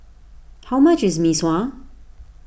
how much is Mee Sua